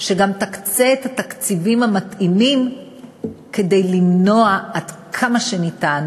שהיא גם תקצה את התקציבים המתאימים כדי למנוע עד כמה שניתן,